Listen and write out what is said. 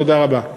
תודה רבה.